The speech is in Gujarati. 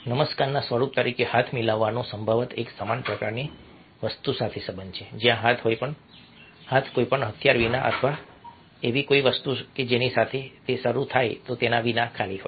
નમસ્કારના સ્વરૂપ તરીકે હાથ મિલાવવાનો સંભવતઃ એક સમાન પ્રકારની વસ્તુ સાથે સંબંધ છે જ્યાં હાથ કોઈપણ હથિયાર વિના અથવા એવી કોઈ વસ્તુ કે જેનાથી તે શરૂ થયો હોય તે વિના ખાલી હોય